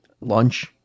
lunch